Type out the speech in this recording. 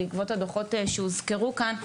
בעקבות הדוחות שהוזכרו כאן,